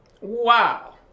Wow